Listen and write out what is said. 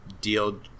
deal